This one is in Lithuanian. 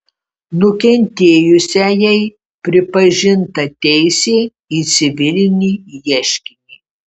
nukentėjusiajai pripažinta teisė į civilinį ieškinį